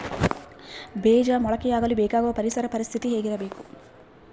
ಬೇಜ ಮೊಳಕೆಯಾಗಲು ಬೇಕಾಗುವ ಪರಿಸರ ಪರಿಸ್ಥಿತಿ ಹೇಗಿರಬೇಕು?